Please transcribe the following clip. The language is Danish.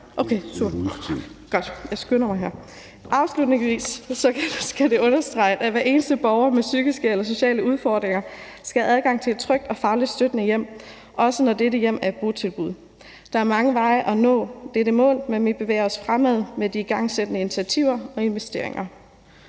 taletiden). Godt, jeg skynder mig her. Afslutningsvis skal det understreges, at hver eneste borger med psykiske eller sociale udfordringer skal have adgang til et trygt og fagligt støttende hjem, også når dette hjem er et botilbud. Der er mange veje til at nå dette mål, men vi bevæger os fremad med de igangsatte initiativer og investeringer.